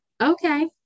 Okay